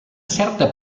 certa